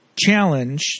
challenge